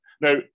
Now